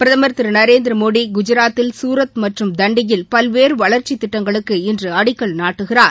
பிரதம் திரு நரேந்திரமோடி குஜராத்தில் சூரத் மற்றும் தண்டியில் பல்வேறு வளா்ச்சித் திட்டங்களுக்கு இன்று அடிக்கல் நாட்டுகிறார்